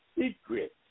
secret